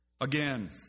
Again